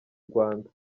rwanda